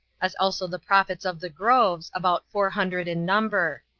as also the prophets of the groves, about four hundred in number.